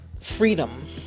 freedom